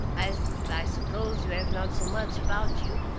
as i suppose you have not so much about you,